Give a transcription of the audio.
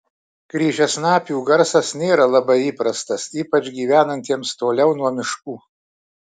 kryžiasnapių garsas nėra labai įprastas ypač gyvenantiems toliau nuo miškų